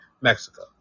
Mexico